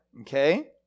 Okay